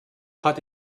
hatte